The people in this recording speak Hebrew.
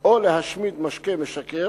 או להשמיד משקה משכר